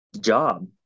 job